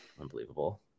Unbelievable